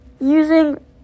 Using